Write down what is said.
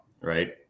Right